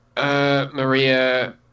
Maria